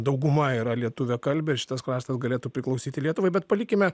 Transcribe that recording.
dauguma yra lietuviakalbė ir šitas kraštas galėtų priklausyti lietuvai bet palikime